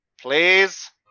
Please